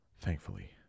Thankfully